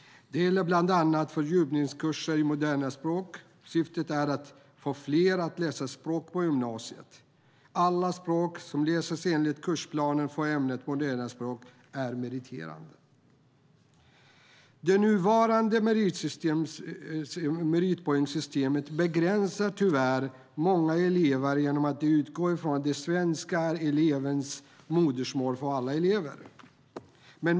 Det gäller bland annat fördjupningskurser i moderna språk. Syftet är att få fler att läsa språk på gymnasiet. Alla språk som läses enligt kursplanen för ämnet moderna språk är meriterande. Det nuvarande meritpoängssystemet begränsar tyvärr många elever genom att det utgår från att svenska är alla elevers modersmål.